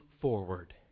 forward